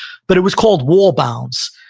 but it was called waldbaum's,